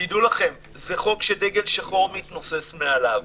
דעו לכם, זה חוק שדגל שחור מתנוסס מעליו.